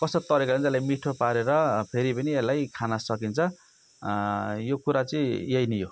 कस्तो तरिकाले त्यलाई मिठो पारेर फेरि पनि यसलाई खान सकिन्छ यो कुरा चाहिँ यही नै हो